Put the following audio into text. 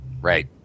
Right